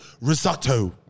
risotto